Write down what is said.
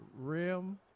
rim